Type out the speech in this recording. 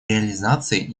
реализации